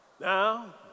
Now